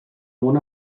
món